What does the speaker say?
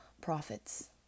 profits